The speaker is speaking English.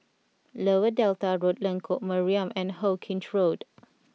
Lower Delta Road Lengkok Mariam and Hawkinge Road